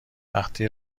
وقتی